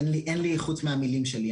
אין לי חוץ מהמילים שלי.